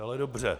Ale dobře.